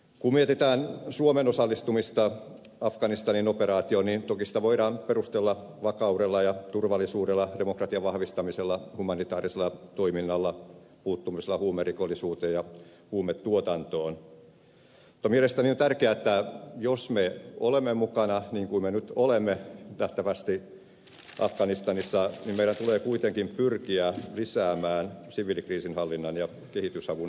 kun mietitään suomen osallistumista afganistanin operaatioon niin toki sitä voidaan perustella vakaudella ja turvallisuudella demokratian vahvistamisella humanitaarisella toiminnalla puuttumisella huumerikollisuuteen ja huumetuotantoon mutta mielestäni on tärkeätä jos me olemme mukana niin kuin me nyt olemme nähtävästi afganistanissa että meidän tulee kuitenkin pyrkiä lisäämään siviilikriisinhallinnan ja kehitysavun osuutta panostuksessamme